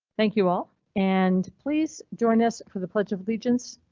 thank you all and please join us for the pledge of allegiance,